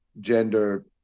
gender